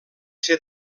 ser